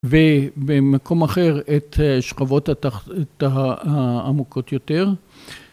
‫ובמקום אחר את שכבות העמוקות יותר.